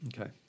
Okay